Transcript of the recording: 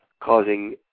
causing